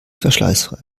verschleißfrei